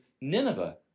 Nineveh